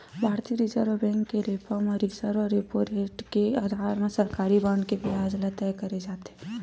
भारतीय reserve bank के repo व रिवर्स रेपो रेट के अधार म सरकारी बांड के बियाज ल तय करे जाथे